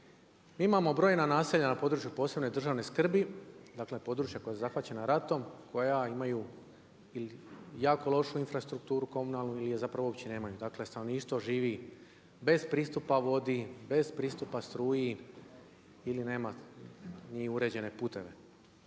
Mi imamo brojna naselja na području od posebne državne skrbi, dakle područja koja su zahvaćena ratom, koja imaju ili jako lošu infrastrukturu, komunalnu ili je zapravo uopće nemaju. Dakle stanovništvo živi bez pristupa vodi, bez pristupa struji ili nema ni uređene puteve.